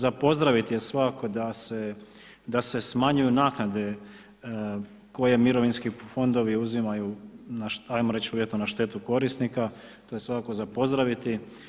Za pozdraviti je svakako da se, da se smanjuju naknade koje mirovinski fondovi uzimaju, ajmo reći uvjetno na štetu korisnika, to je svakako za pozdraviti.